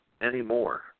anymore